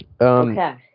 Okay